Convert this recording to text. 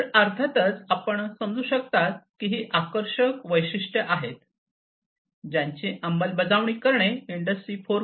तर अर्थातच आपण समजू शकता की ही अतिशय आकर्षक वैशिष्ट्ये आहेत ज्यांची अंमलबजावणी करणे इंडस्ट्री 4